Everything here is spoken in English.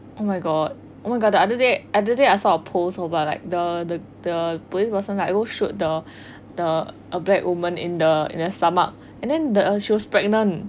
oh my god oh my god other day other day I saw a post over like the the the police person like go shoot the a black women in the stomach in the stomach and then err she was pregnant